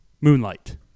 Moonlight